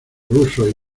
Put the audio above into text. rusos